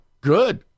Good